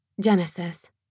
Genesis